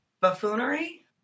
buffoonery